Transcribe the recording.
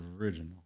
original